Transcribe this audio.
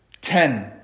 Ten